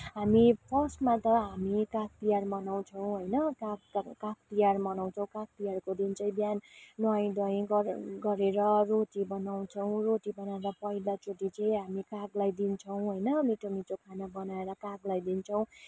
हामी फर्स्टमा त हामी काग तिहार मनाउँछौँ होइन काग काग तिहार मनाउँछ काग तिहारको दिन चाहिँ बिहान नुहाइ धुवाइ गरेर रोटी बनाउँछौँ रोटी बनार पहिलाचोटि चाहिँ हामी कागलाई दिन्छौँ होइन मिठो मिठो खाना बनाएर कागलाई दिन्छौँ